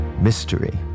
mystery